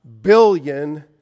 billion